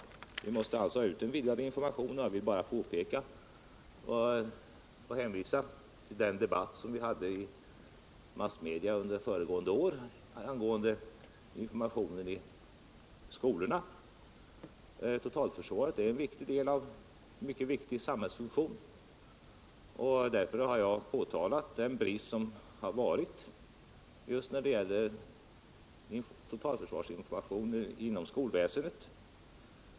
Vi måste ha ut en vidgad information, och jag vill hänvisa till den debatt som vi hade i massmedia under föregående år angående informationen i skolorna. Totalförsvaret är en mycket viktig samhällsfunktion, och därför har jag påtalat den brist som funnits just när det gäller totalförsvarsinformationen inom skolväsendet.